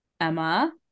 Emma